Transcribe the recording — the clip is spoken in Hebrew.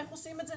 איך עושים את זה?